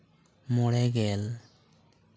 ᱢᱚᱬᱮ ᱜᱮᱞ